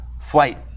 flight